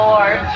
Lord